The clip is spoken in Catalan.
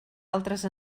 altres